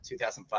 2005